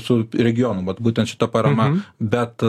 su regionu vat būtent šita parama bet